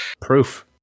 Proof